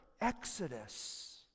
exodus